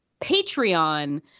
Patreon